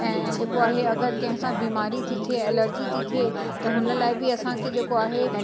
ऐं जेको आहे अगरि कंहिं सां बीमारी थी थिए एलर्जी थी थिए त हुन लाइ बि असांखे जेको आहे